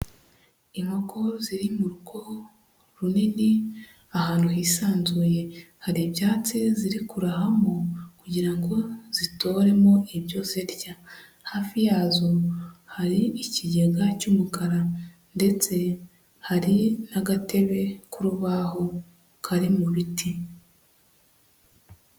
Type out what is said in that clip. Inkoko ziri mu rugo runini ahantu hisanzuye, hari ibyatsi ziri kurahamo kugira ngo zitoremo ibyo zirya, hafi yazo hari ikigega cy'umukara ndetse hari n'agatebe k'urubaho kari mu biti.